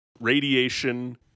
radiation